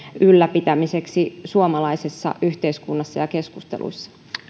ylläpitämiseksi suomalaisessa yhteiskunnassa ja keskusteluissa